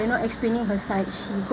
you know explaining her side she got